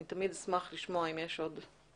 אני תמיד אשמח לשמוע אם יש עוד פתרונות.